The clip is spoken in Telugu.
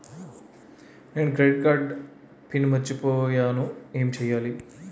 నేను క్రెడిట్ కార్డ్డెబిట్ కార్డ్ పిన్ మర్చిపోయేను ఎం చెయ్యాలి?